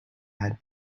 had